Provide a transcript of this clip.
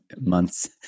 months